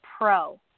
pro